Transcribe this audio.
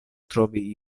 trovi